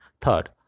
third